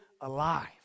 alive